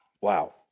wow